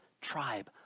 tribe